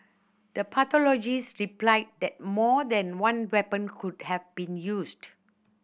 the pathologist replied that more than one weapon could have been used